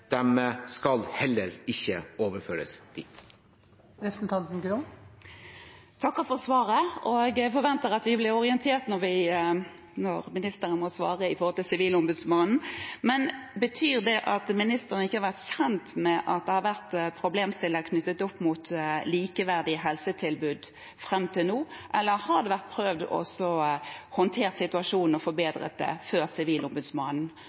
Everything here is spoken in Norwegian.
skal heller ikke overføres dit. Jeg takker for svaret og forventer at vi blir orientert når ministeren må svare Sivilombudsmannen. Betyr det at ministeren ikke har vært kjent med at det har vært problemstillinger knyttet opp mot et likeverdig helsetilbud fram til nå? Eller har man prøvd å håndtere situasjonen og forbedret den før Sivilombudsmannen